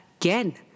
again